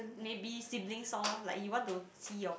maybe siblings lor like you want to see your